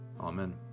Amen